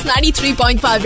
93.5